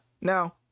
now